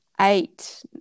eight